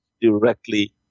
directly